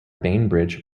bainbridge